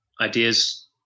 ideas